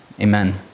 Amen